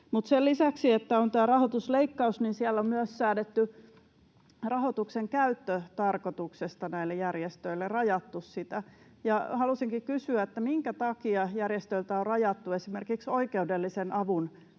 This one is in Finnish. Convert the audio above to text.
Sen lisäksi, että on tämä rahoitusleikkaus, siellä on myös säädetty rahoituksen käyttötarkoituksesta näille järjestöille, eli rajattu sitä, ja haluaisinkin kysyä: minkä takia järjestöiltä on rajattu esimerkiksi oikeudellisen avun